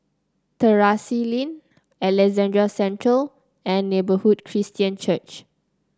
Terrasse Lane Alexandra Central and Neighbourhood Christian Church